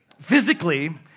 physically